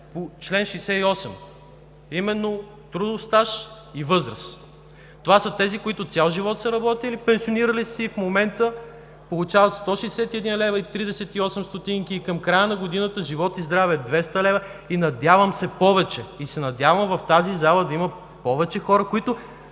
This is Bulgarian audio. чл. 68: „за трудов стаж и възраст“. Това са тези, които цял живот са работили, пенсионирали са се и в момента получават 161,38 лв., а към края на годината, живот и здраве, 200 лв. и, надявам се, повече. Надявам се в тази зала да има повече хора, които